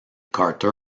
carter